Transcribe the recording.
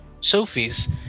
sophie's